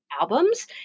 albums